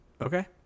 Okay